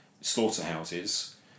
slaughterhouses